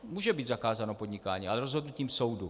Může být zakázáno podnikání, ale rozhodnutím soudu.